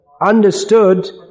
understood